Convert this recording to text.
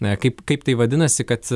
na kaip kaip tai vadinasi kad